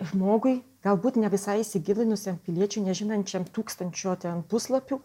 žmogui galbūt ne visai įsigilinusiam piliečiui nežinančiam tūkstančio ten puslapių